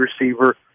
receiver